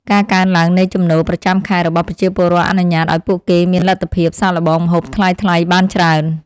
ការកើនឡើងនៃចំណូលប្រចាំខែរបស់ប្រជាពលរដ្ឋអនុញ្ញាតឱ្យពួកគេមានលទ្ធភាពសាកល្បងម្ហូបថ្លៃៗបានច្រើន។